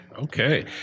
Okay